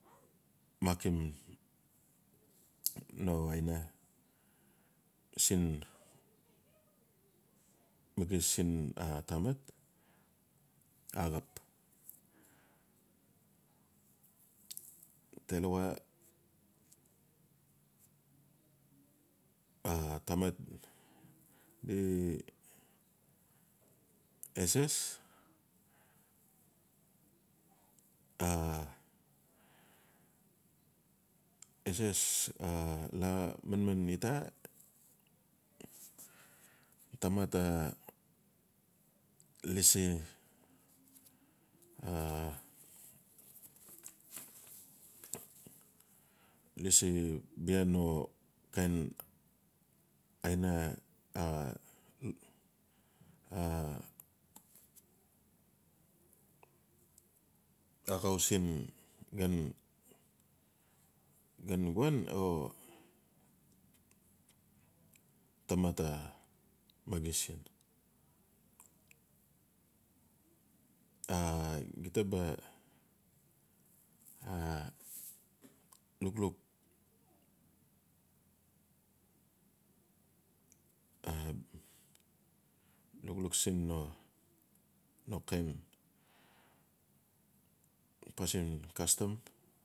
Makim no aina siin maxis siin tamat axap. Talawa a tamat lesees a. eses a. la manman i ta. Tamat a lasi lisi bai no kind aina a-a axau siin xan wuan a tamat a maxis. Agita ba. a lukluk-a lukluk siin no kind pasin custom.